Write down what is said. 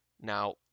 Now